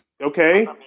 okay